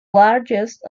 largest